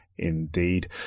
Indeed